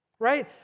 Right